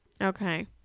Okay